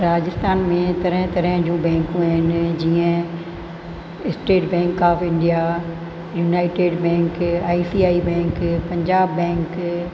राजस्थान में तरह तरह जूं बैंकूं आहिनि जीअं state bank of India united bank I C I C bank Punjab bank